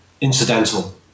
incidental